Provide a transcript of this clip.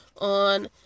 on